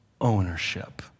ownership